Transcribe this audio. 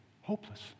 Hopeless